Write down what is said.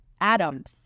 atoms